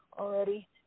already